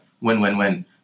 win-win-win